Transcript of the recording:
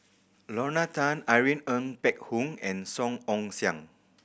Lorna Tan Irene Ng Phek Hoong and Song Ong Siang